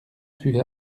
fut